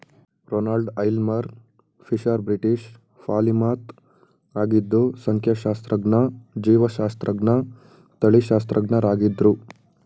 Ronald Aylmer Fisher British polymath ಆಗಿದ್ದು ಸಂಖ್ಯಾಶಾಸ್ತ್ರಜ್ಞ ಜೀವಶಾಸ್ತ್ರಜ್ಞ ತಳಿಶಾಸ್ತ್ರಜ್ಞರಾಗಿದ್ರು